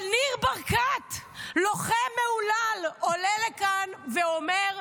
אבל ניר ברקת, לוחם מהולל, עולה לכאן ואומר: